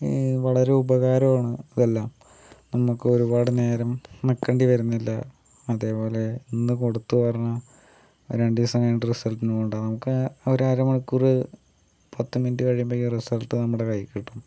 വളരെ ഉപകാരം ആണ് ഇതെല്ലാം നമുക്ക് ഒരുപാട് നേരം നിൽക്കേണ്ടി വരുന്നില്ല അതേപോലെ ഇന്ന് കൊടുത്തു കഴിഞ്ഞാൽ രണ്ടുദിവസം കഴിഞ്ഞിട്ട് റിസൾട്ടിന് പോവണ്ട നമുക്ക് ഒരു അരമണിക്കൂറ് പത്തു മിനിറ്റ് കഴിയുമ്പോഴേക്കും റിസൾട്ട് നമ്മുടെ കയ്യിൽ കിട്ടും